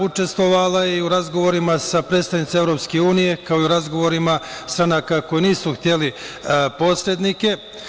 Učestvovala je u razgovorima sa predstavnicima EU, kao i u razgovorima stranaka koje nisu htele posrednike.